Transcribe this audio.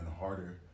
harder